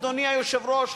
אדוני היושב-ראש,